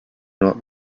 not